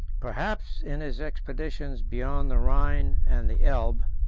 perhaps, in his expeditions beyond the rhine and the elbe,